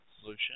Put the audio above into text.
solution